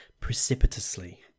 precipitously